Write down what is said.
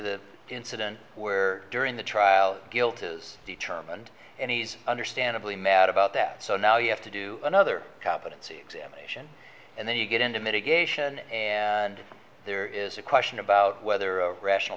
the incident where during the trial guilt is determined and he's understandably mad about that so now you have to do another competency examination and then you get into mitigation and there is a question about whether a rational